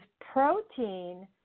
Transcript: protein